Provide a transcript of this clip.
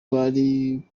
bari